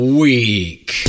week